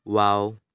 wow